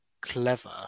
clever